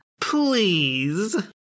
Please